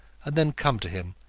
and then come to him,